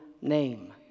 name